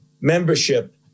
membership